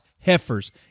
heifers